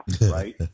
Right